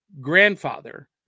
grandfather